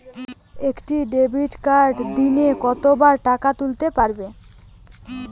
একটি ডেবিটকার্ড দিনে কতবার টাকা তুলতে পারব?